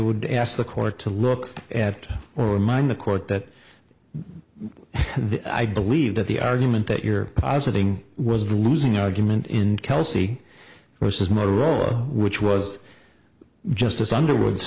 would ask the court to look at or remind the court that i believe that the argument that you're positing was the losing argument in kelsey versus motorola which was justice underwood